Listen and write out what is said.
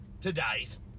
today's